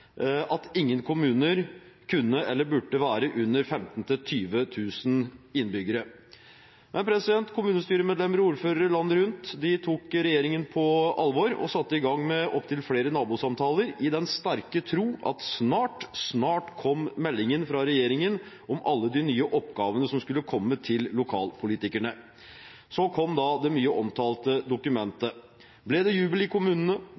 at ingen kommuner kunne eller burde ha under 15 000–20 000 innbyggere. Kommunestyremedlemmer og ordførere landet rundt tok regjeringen på alvor og satte i gang med opptil flere nabosamtaler i den sterke tro at snart, snart kom meldingen fra regjeringen om alle de nye oppgavene som skulle komme til lokalpolitikerne. Så kom da det mye omtalte dokumentet. Ble det jubel i kommunene?